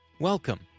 Welcome